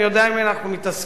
אני יודע עם מי אנחנו מתעסקים,